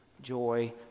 joy